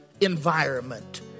environment